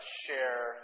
share